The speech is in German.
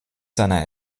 seiner